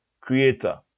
creator